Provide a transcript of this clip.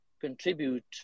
contribute